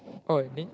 oh then